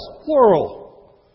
plural